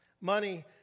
money